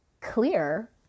clear